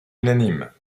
unanime